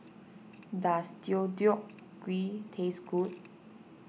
does Deodeok Gui taste good